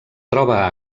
troba